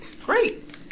Great